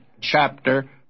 chapter